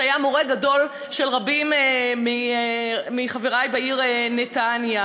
שהיה מורה גדול של רבים מחברי בעיר נתניה.